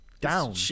Down